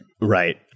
Right